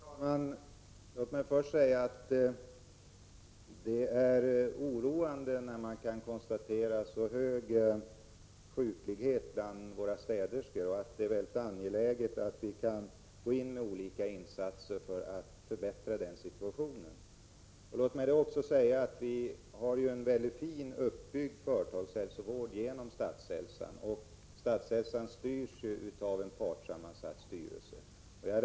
Herr talman! Låt mig först säga att det är oroande att man kan konstatera så hög sjuklighet bland våra städerskor. Det är mycket angeläget att vi kan gå in med olika insatser för att förbättra den situationen. Vi har en mycket fint uppbyggd företagshälsovård genom Statshälsan, som leds av en partssammansatt styrelse.